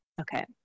Okay